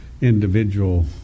individual